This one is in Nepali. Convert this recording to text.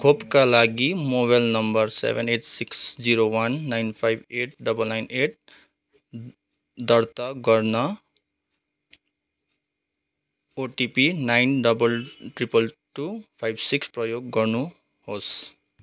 खोपका लागि mobile number seven eight six zero one nine five eight double nine eight दर्ता गर्न OTP nine double triple two five six प्रयोग गर्नुहोस्